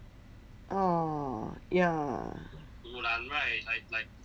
orh ya